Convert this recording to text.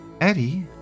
Eddie